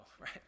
right